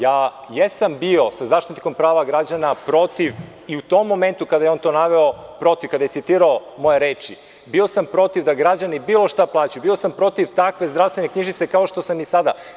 Ja jesam bio sa Zaštitnikom prava građana protiv i u tom momentu kada je on to naveo protiv, kada je citirao moje reči, bio sam protiv da građani bilo šta plaćaju, bio sam protiv takve zdravstvene knjižice kao što sam i sada.